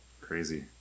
Crazy